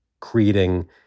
Creating